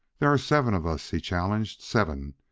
there are seven of us, he challenged seven!